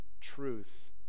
truth